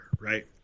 right